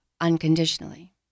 unconditionally